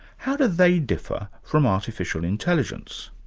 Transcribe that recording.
how do they differ from artificial intelligence?